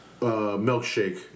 milkshake